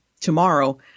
tomorrow